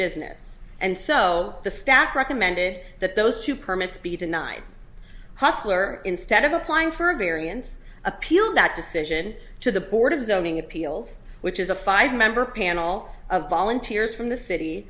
business and so the staff recommended that those two permits be denied hostler instead of applying for a variance appealed that decision to the board of zoning appeals which is a five member panel of volunteers from the city